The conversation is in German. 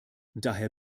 daher